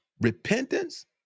repentance